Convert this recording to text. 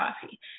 coffee